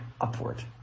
upward